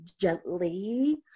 gently